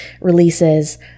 releases